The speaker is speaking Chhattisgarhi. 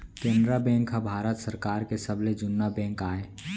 केनरा बेंक ह भारत सरकार के सबले जुन्ना बेंक आय